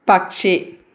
പക്ഷി